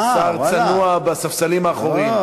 שר צנוע בספסלים האחוריים.